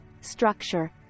structure